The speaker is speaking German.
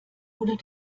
oder